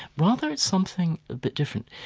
rather it's something a bit different.